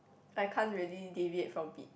I can't really leave it for beat